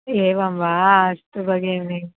एवं वा अस्तु भगिनि